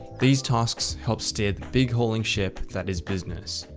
these tasks help steer the big hauling ship that is business.